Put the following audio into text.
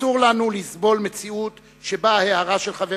אסור לנו לסבול מציאות שבה הערה של חבר